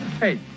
Hey